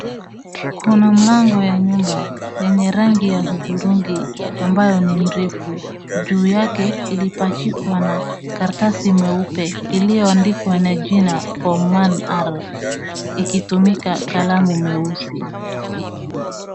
Kuna mlango ya nyumba yenye rangi ya udhurungi ambayo ni mrefu. Juu yake ilipachikwa na karatasi mweupe iliyoandikwa na jina "Form 1R" ikitumika kalamu mweusi.